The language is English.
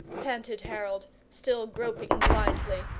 panted harold, still groping blindly.